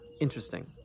interesting